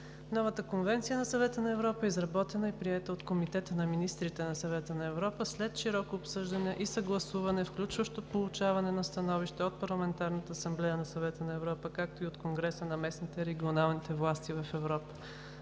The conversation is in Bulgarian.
Новата конвенция на Съвета на Европа е изработена и приета от Комитета на министрите на Съвета на Европа след широко обсъждане и съгласуване, включващо получаване на становище от Парламентарната Асамблея на Съвета на Европа